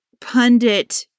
pundit